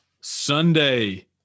Sunday